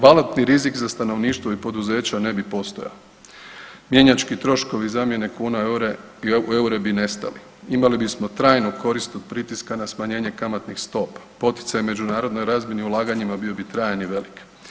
Valutni rizik za stanovništva i poduzeća ne bi postojao, mjenjački troškovi zamjene kuna u eure bi nestali, imali bi smo trajnu korist od pritiska na smanjenje kamatnih stopa, poticaj međunarodnoj razmjeni i ulaganjima bio bi trajan i velik.